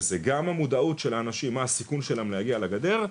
וזה גם המודעות של האנשים מה הסיכון שלהם להגיע לגדר,